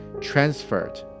transferred